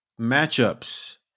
matchups